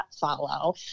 follow